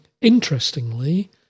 interestingly